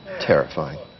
terrifying